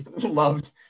loved